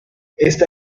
está